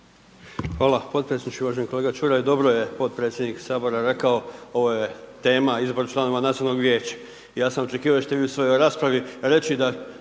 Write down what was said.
Hvala potpredsjedniče. Uvaženi kolega Čuraj, dobro je potpredsjednik Sabora rekao, ovo je tema, izbor članova Nacionalnog vijeća, ja sam očekivao da ćete vi u svojoj raspravi reći da